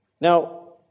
Now